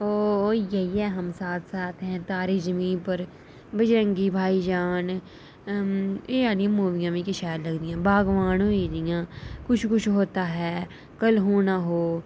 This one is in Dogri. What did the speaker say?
ओह् इ'यै हम साथ साथ है तारे जमीं पर बजरंगी भाईजान एह् आह्लियां मूवी मिगी शैल लगदियां बागवान होई जि'यां कुछ कुछ होता है कल हो ना हो